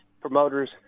promoters